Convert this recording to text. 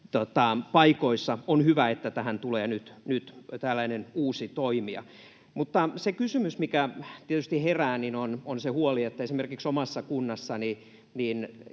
paikoissa. On hyvä, että tähän tulee nyt tällainen uusi toimija. Mutta se kysymys, mikä tietysti herää, on se huoli, että esimerkiksi omassa kunnassani